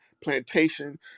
plantation